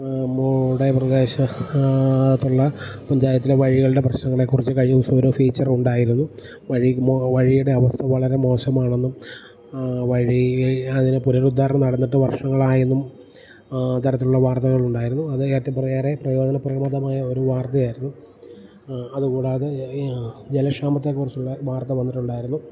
നമ്മുടെ പ്രദേശ ത്തുള്ള പഞ്ചായത്തിലെ വഴികളുടെ പ്രശ്നങ്ങളെക്കുറിച്ച് കഴിഞ്ഞ ദിവസം ഒരു ഫീച്ചർ ഉണ്ടായിരുന്നു വഴിമൊ വഴിയുടെ അവസ്ഥ വളരെ മോശമാണ് എന്നും വഴി അതിന് പുനരുദ്ദാരണം നടന്നിട്ട് വർഷണങ്ങൾ ആയെന്നും തരത്തിലുള്ള വാർത്തകൾ ഉണ്ടായിരുന്നു അത് ഏറ്റ പ്രയോജനം പ്രയോജനം പ്രവണതമായ ഒരു വാർത്തയായിരുന്നു അതുകൂടാതെ ജലക്ഷാമത്തെ കുറിച്ചുള്ള വാർത്ത വന്നിട്ടുണ്ടായിരുന്നു